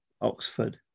Oxford